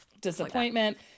Disappointment